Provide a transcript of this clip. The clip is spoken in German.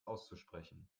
auszusprechen